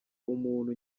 umuntu